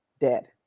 dead